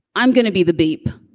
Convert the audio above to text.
i'm gonna be the beep.